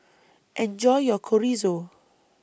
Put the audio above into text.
Enjoy your Chorizo